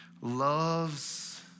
loves